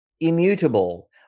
immutable